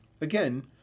Again